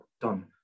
done